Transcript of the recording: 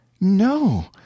No